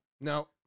No